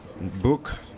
book